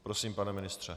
Prosím, pane ministře.